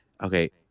okay